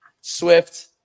Swift